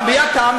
מי אתה?